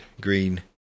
green